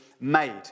Made